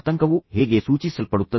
ಆತಂಕವು ಹೇಗೆ ಸೂಚಿಸಲ್ಪಡುತ್ತದೆ